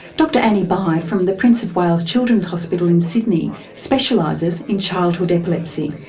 dr annie bye from the prince of wales children's hospital in sydney specialises in childhood epilepsy.